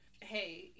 hey